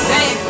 Hey